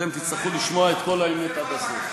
אתם תצטרכו לשמוע את כל האמת עד הסוף.